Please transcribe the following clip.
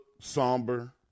somber